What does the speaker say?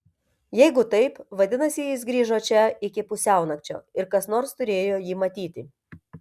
jeigu taip vadinasi jis grįžo čia iki pusiaunakčio ir kas nors turėjo jį matyti